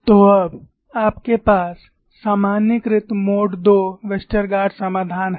तो अब आपके पास सामान्यीकृत मोड II वेस्टरगार्ड समाधान है